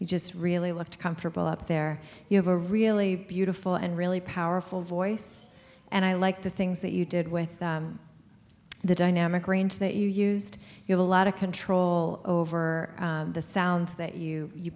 you just really looked comfortable up there you have a really beautiful and really powerful voice and i like the things that you did with the dynamic range that you used you a lot of control over the sounds that you